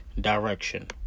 direction